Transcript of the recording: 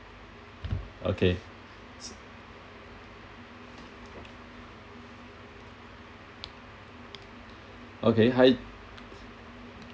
okay s~ okay hi